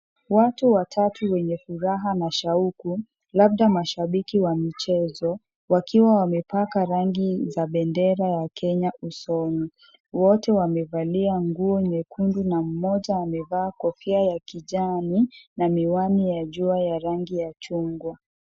Watu watatu wenye furaha na shauku labda mashabiki wa michezo wakiwa wamepaka rangi za bendera ya Kenya usoni, wote wamevalia nguo nyekundu na mmoja amevaa kofia ya kijani na miwani ya jua ya rangi ya chungwa.